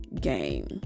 game